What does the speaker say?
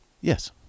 Yes